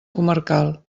comarcal